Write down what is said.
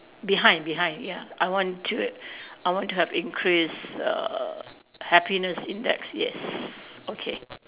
behind behind ya I want to I want to have increase err happiness index yes okay